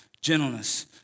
gentleness